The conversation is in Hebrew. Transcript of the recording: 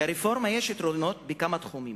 לרפורמה יש יתרונות בכמה תחומים,